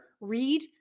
read